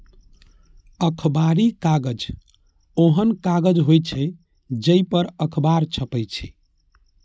अखबारी कागज ओहन कागज होइ छै, जइ पर अखबार छपै छै